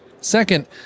Second